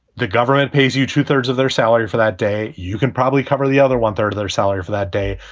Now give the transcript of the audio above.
the government pays you two thirds of their salary for that day. you can probably cover the other one third of their salary for that day.